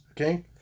Okay